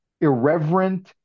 irreverent